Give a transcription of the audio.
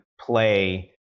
play